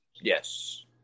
Yes